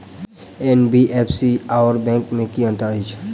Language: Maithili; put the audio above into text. एन.बी.एफ.सी आओर बैंक मे की अंतर अछि?